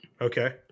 Okay